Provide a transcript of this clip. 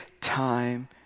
time